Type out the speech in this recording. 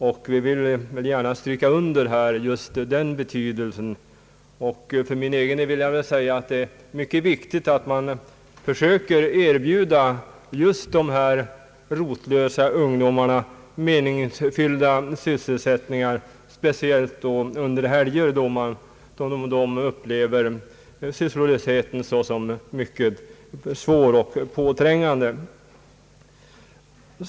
För min del vill jag understryka betydelsen av att man försöker erbjuda dessa rotlösa ungdomar meningsfyllda sysselsättningar, speciellt under helger, då de upplever sysslolösheten som mycket svår och påträngande.